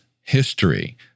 history